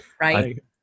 right